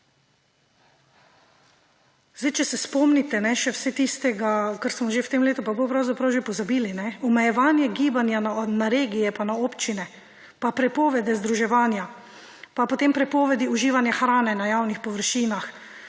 Če se spomnite še vsega tistega, kar smo že v tem letu in pol pravzaprav pozabili, omejevanje gibanja na regije pa na občine, prepoved združevanja, potem prepovedi uživanja hrane na javnih površinah.